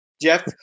Jeff